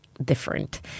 different